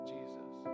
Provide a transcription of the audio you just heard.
Jesus